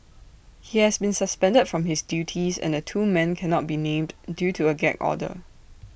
he has been suspended from his duties and the two men cannot be named due to A gag order